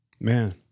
man